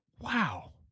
wow